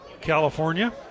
California